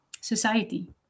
society